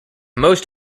most